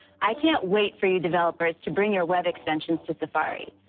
i can't wait for you developers to bring your web extensions to safari.